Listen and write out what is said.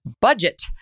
budget